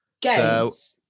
games